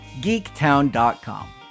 geektown.com